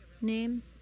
name